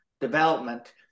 development